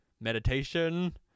meditation